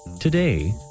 Today